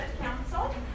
council